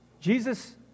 Jesus